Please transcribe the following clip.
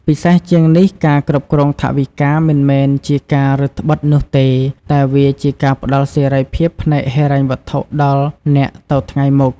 ពិសេសជាងនេះការគ្រប់គ្រងថវិកាមិនមែនជាការរឹតត្បិតនោះទេ តែវាជាការផ្តល់សេរីភាពផ្នែកហិរញ្ញវត្ថុដល់អ្នកទៅថ្ងៃមុខ។